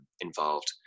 involved